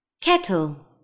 Kettle